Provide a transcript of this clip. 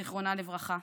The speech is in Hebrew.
זיכרונה לברכה,